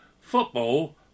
Football